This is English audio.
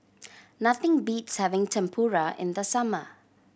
nothing beats having Tempura in the summer